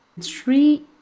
Three